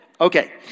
Okay